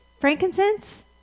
frankincense